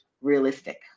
realistic